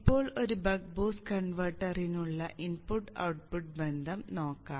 ഇപ്പോൾ ഒരു buck boost കൺവെർട്ടറിനുള്ള ഇൻപുട്ട് ഔട്ട്പുട്ട് ബന്ധം നോക്കാം